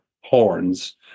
horns